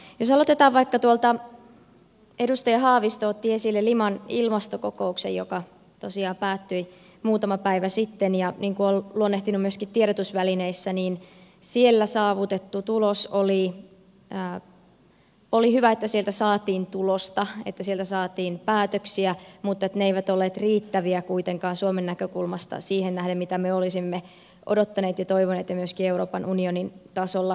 jos aloitetaan vaikka tuolta edustaja haavisto otti esille liman ilmastokokouksen joka tosiaan päättyi muutama päivä sitten ja niin kuin olen luonnehtinut myöskin tiedotusvälineissä siellä saavutettu tulos oli hyvä sieltä saatiin tulosta sieltä saatiin päätöksiä mutta ne eivät olleet riittäviä kuitenkaan suomen näkökulmasta siihen nähden mitä me olisimme odottaneet ja toivoneet ja myöskin euroopan unionin tasolla sama tulkinta